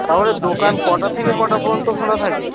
তাহলে দোকান কটা থেকে কটা পর্যন্ত খোলা থাকে